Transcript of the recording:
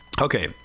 okay